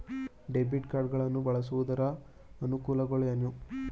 Debit card ಗಳನ್ನು ಬಳಸುವುದರ ಅನಾನುಕೂಲಗಳು ಏನು?